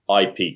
IP